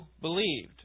believed